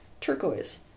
turquoise